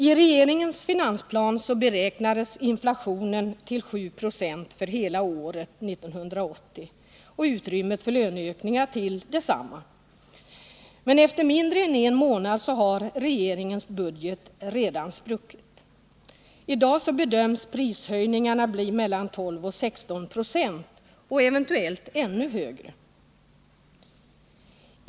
I regeringens finansplan beräknades inflationen till 7 0 för hela år 1980, uch utrymmet för löneökningar till detsamma. Men efter mindre än en månad har regeringens budget redan spruckit. I dag bedöms prishöjningarna bli mellan 12 och 16 26, eventuellt ännu högre.